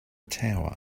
tower